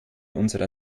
unserer